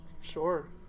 Sure